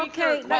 yeah carried.